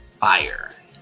fire